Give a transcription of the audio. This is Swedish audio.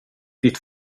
ditt